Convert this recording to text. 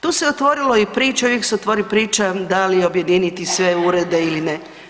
Tu se otvorilo i priča i uvijek se otvori priča da li objediniti sve urede ili ne.